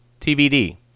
TBD